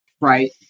Right